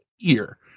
ear